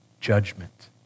judgment